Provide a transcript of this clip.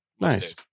Nice